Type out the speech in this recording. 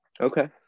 Okay